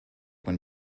when